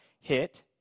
hit